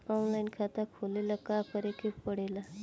Online खाता खोले ला का का करे के पड़े ला?